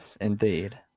indeed